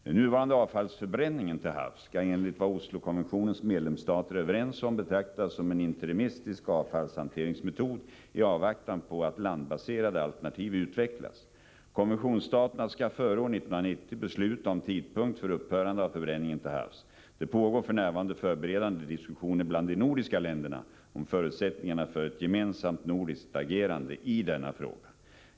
Den nuvarande avfallsförbränningen till havs skall, enligt vad Oslokonventionens medlemsstater är överens om, betraktas som en interimistisk avfallshanteringsmetod i avvaktan på att landbaserade alternativ utvecklas. Konventionsstaterna skall före år 1990 besluta om tidpunkt för upphörande av förbränningen till havs. Det pågår för närvarande förberedande diskussioner bland de nordiska länderna om förutsättningarna för ett gemensamt nordiskt agerande i denna fråga.